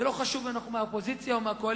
זה לא חשוב אם אנחנו מהאופוזיציה או מהקואליציה,